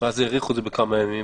ואז האריכו את זה בכמה ימים,